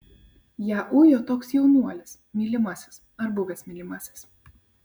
ją ujo toks jaunuolis mylimasis ar buvęs mylimasis